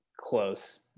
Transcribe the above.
close